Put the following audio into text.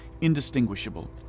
indistinguishable